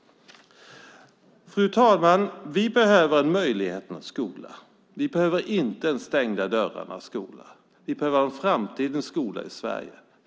Fru talman! Vi behöver en möjligheternas skola. Vi behöver inte en stängda dörrarnas skola. Vi behöver en framtidens skola i Sverige.